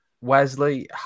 Wesley